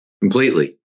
Completely